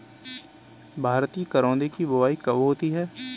भारतीय करौदे की बुवाई कब होती है?